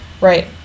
Right